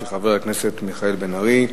של חבר הכנסת מיכאל בן-ארי,